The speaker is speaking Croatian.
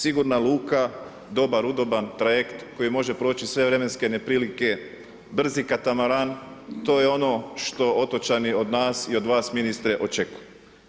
Sigurna luka, dobar, udoban trajekt koji može proći sve vremenske neprilike, brzi katamaran, to je ono što otočani od nas i od vas ministre očekuju.